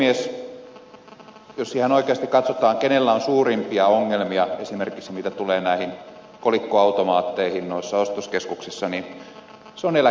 jos ihan oikeasti katsotaan kenellä on suurimpia ongelmia esimerkiksi mitä tulee näihin kolikkoautomaatteihin noissa ostoskeskuksissa niin se ryhmä on eläkeläiset